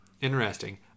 Interesting